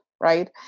right